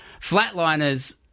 Flatliners